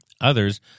Others